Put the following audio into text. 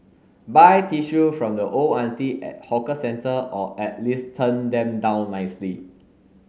buy tissue from the old auntie at hawker centre or at least turn them down nicely